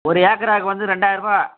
ஒரு ஏக்கராவுக்கு வந்து ரெண்டாயிரம் ரூபாய்